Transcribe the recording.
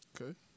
Okay